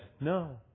No